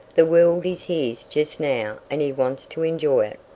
the world is his just now and he wants to enjoy it.